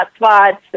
hotspots